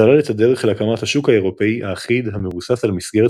סלל את הדרך להקמת השוק האירופאי האחיד המבוסס על מסגרת